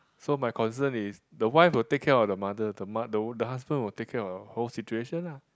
so my concern is the wife will take care of the mother the mo~ the hu~ the husband will take care of whole situation ah